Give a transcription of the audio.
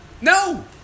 No